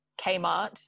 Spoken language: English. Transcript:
Kmart